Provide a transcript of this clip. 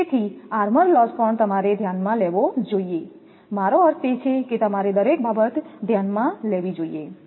તેથી armour loss પણ તમારે ધ્યાનમાં લેવો જોઈએ મારો અર્થ તે છે કે તમારે દરેક બાબત ધ્યાનમાં લેવી જોઈએ